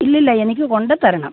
ഇല്ല ഇല്ല എനിക്ക് കൊണ്ടുത്തരണം